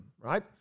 right